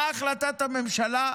מה החלטת הממשלה?